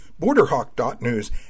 BorderHawk.News